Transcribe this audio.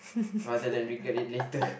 rather than regret it later